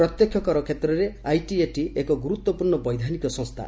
ପ୍ରତ୍ୟକ୍ଷ କର କ୍ଷେତ୍ରରେ ଆଇଟିଏଟି ଏକ ଗୁରୁତ୍ୱପୂର୍ଣ୍ଣ ବୈଧାନିକ ସଂସ୍ଥା